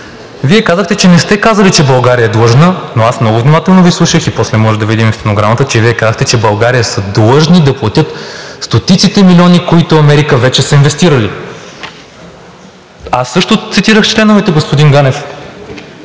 Вие казахте, че не сте казали, че България е длъжна, но аз много внимателно Ви слушах и после можем да видим в стенограмата, защото Вие казахте, че България е длъжна да платят стотиците милиони, които Америка вече е инвестирала. Аз също цитирах членовете, господин Ганев,